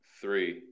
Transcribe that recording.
three